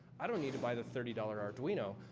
i don't need to buy the thirty dollars arduino.